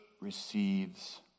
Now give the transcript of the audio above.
receives